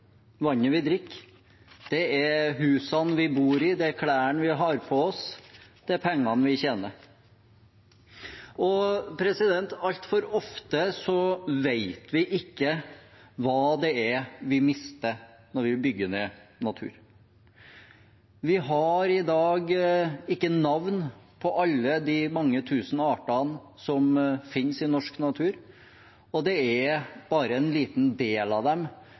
vannet vi drikker, det er husene vi bor i, det er klærne vi har på oss, det er pengene vi tjener. Altfor ofte vet vi ikke hva vi mister når vi bygger ned natur. Vi har i dag ikke navn på alle de mange tusen artene som finnes i norsk natur, og det er bare en liten del av dem